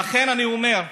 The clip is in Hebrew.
לכן אני אומר,